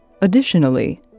Additionally